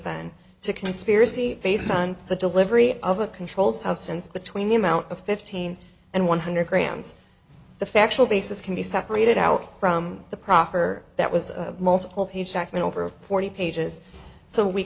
then to conspiracy based on the delivery of a controlled substance between the amount of fifteen and one hundred grams the factual basis can be separated out from the proffer that was a multiple page document over forty pages so we